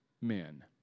men